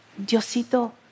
Diosito